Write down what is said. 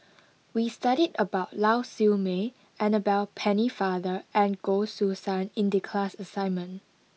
we studied about Lau Siew Mei Annabel Pennefather and Goh Choo San in the class assignment